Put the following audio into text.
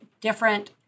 different